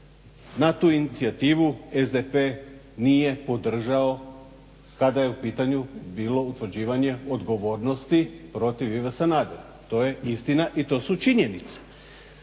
Na tu inicijativu SDP nije podržao kada je u pitanju bilo utvrđivanje odgovornosti protiv Ive Sanadera, to je istina i to su činjenice.